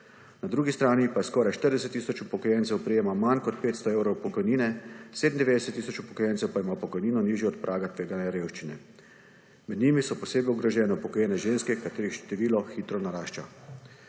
Na drugi strani pa skoraj 40 tisoč upokojencev prejema manj kot 500 evrov pokojnine, 97 tisoč upokojencev pa ima pokojnino nižjo od praga tveganja revščine. Med njimi so posebej ogrožene upokojene ženske, katerih število hitro narašča.